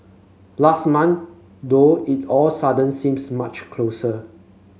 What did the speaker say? last month though it all suddenly seems much closer